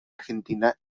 argentina